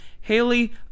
Haley